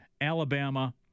Alabama